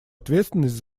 ответственность